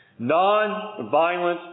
Nonviolent